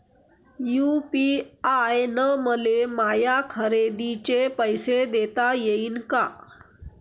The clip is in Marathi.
यू.पी.आय न मले माया खरेदीचे पैसे देता येईन का?